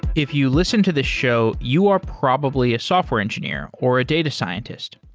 if you listen to this show, you are probably a software engineer or a data scientist.